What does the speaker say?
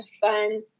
fun